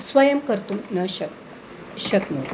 स्वयं कर्तुं न शक् शक्नोति